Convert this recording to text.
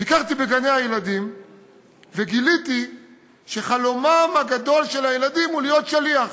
ביקרתי בגני-הילדים וגיליתי שחלומם הגדול של הילדים הוא להיות שליח.